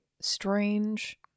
strange